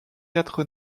quatre